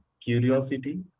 curiosity